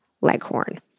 leghorn